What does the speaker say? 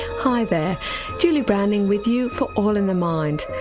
hi there julie browning with you for all in the mind.